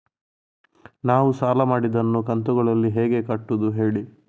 ನಾವು ಸಾಲ ಮಾಡಿದನ್ನು ಕಂತುಗಳಲ್ಲಿ ಹೇಗೆ ಕಟ್ಟುದು ಹೇಳಿ